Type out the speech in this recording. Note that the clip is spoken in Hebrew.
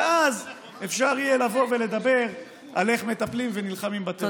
ואז אפשר יהיה לבוא ולדבר על איך מטפלים ונלחמים בטרור.